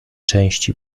części